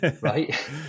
right